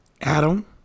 adam